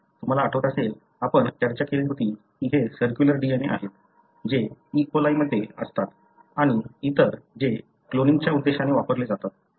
तुम्हाला आठवत असेल आपण चर्चा केली होती की हे सर्क्युलर DNA आहेत जे ई कोलायमध्ये असतात आणि इतर जे क्लोनिंगच्या उद्देशाने वापरले जातात